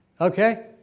Okay